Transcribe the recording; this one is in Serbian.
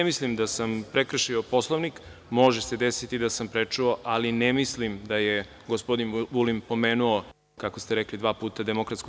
Ne mislim da sam prekršio Poslovnik, može se desiti da sam prečuo, ali ne mislim da je gospodin Vulin pomenuo kako ste rekli dva puta DS.